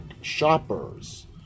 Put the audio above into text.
shoppers